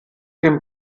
dem